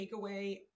takeaway